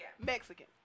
Mexican